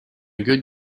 good